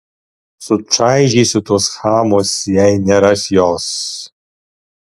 sučaižysiu tuos chamus jei neras jos